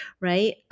right